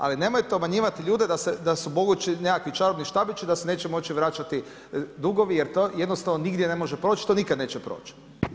Ali, nemojte obmanjivati ljude da su mogući nekakvi čarobni štapić, da se neće moći vraćati dugovi, jer to jednosatno nigdje ne može proći, što nikada neće proći.